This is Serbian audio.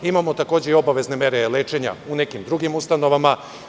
Imamo takođe i obavezne mere lečenja u nekim drugim ustanovama.